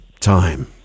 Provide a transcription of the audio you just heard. time